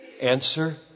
Answer